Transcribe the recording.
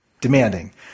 demanding